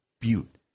Butte